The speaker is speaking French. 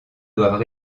doivent